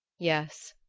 yes,